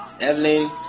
Evelyn